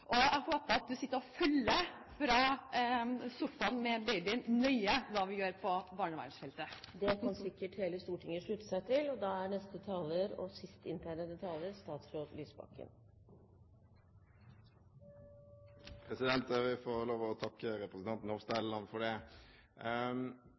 og jeg håper han vil sitte i sofaen med babyen og følge nøye med på hva vi gjør på barnevernsfeltet. Det kan sikkert hele Stortinget slutte seg til. Jeg vil få lov til å takke representanten